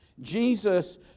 Jesus